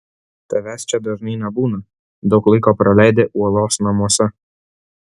tavęs čia dažnai nebūna daug laiko praleidi uolos namuose